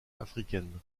africaine